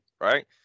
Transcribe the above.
right